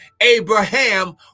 Abraham